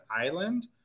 Island